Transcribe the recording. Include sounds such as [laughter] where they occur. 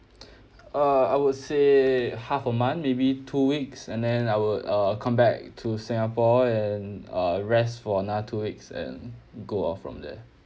[breath] uh I would say half a month maybe two weeks and then I would uh come back to singapore and uh rest for another two weeks and go all from there